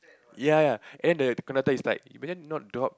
ya ya and then the conductor is like you better not drop